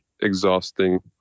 exhausting